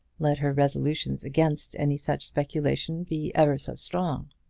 let her resolutions against any such speculation be ever so strong?